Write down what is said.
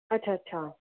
अच्छा अच्छा